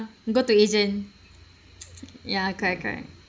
go to agent ya correct correct